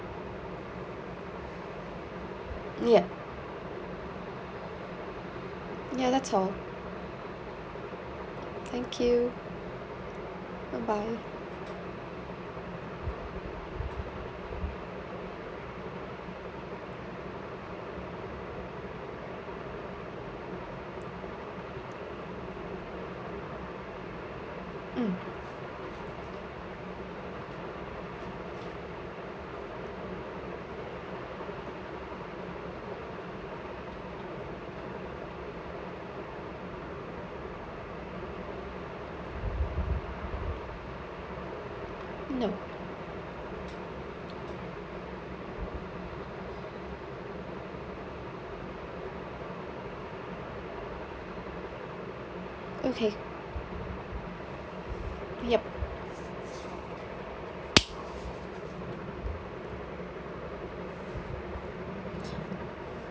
ya ya that's all thank you bye bye mm no okay yup